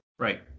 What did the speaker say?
Right